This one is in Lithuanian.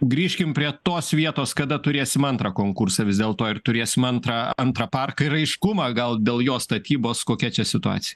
grįžkim prie tos vietos kada turėsim antrą konkursą vis dėlto ar turėsim antrą antrą parką ir aiškumą gal dėl jo statybos kokia čia situacija